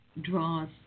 draws